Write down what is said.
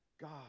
God